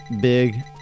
Big